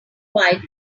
while